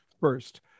First